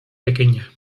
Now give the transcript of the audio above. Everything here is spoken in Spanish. pequeña